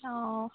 অঁ